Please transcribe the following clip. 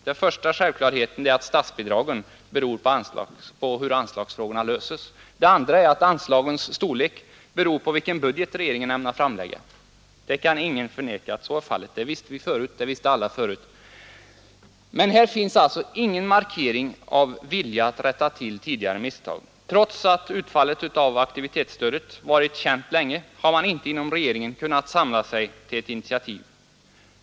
Den första självklarheten är att statsbidragen beror på hur anslagsfrågorna löses, och den andra är att anslagens storlek beror på vilket budgetförslag regeringen ämnar framlägga. Ingen kan förneka att så är fallet — det visste vi alla förut — men här finns alltså ingen markering av vilja att rätta till tidigare misstag. Trots att utfallet av aktivitetsstödet varit känt länge har man inte inom regeringen kunnat samla sig till ett initiativ.